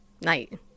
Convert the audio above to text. Night